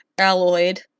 Alloyed